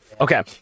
Okay